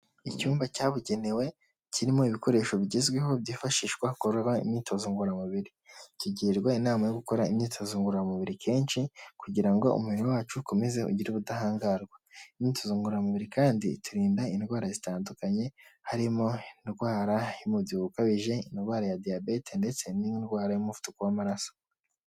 Icyumba cyabugenewe kirimo ibikoresho bigezweho byifashishwa kugorora imyitozo ngororamubiri, tugirwa inama yo gukora imyitozo ngororamubiri kenshi, kugira ngo umubiri wacu ukomeze ugire ubudahangarwa. Imyitozo ngororamubiri kandi iturinda indwara zitandukanye, harimo indwara y'umubyibuho ukabije, indwara ya diyabete, ndetse n'indwara y'umuvuduko w'amaraso.